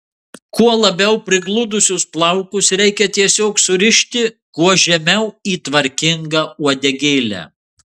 kuo labiau prigludusius plaukus reikia tiesiog surišti kuo žemiau į tvarkingą uodegėlę